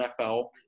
NFL